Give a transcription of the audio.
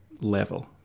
level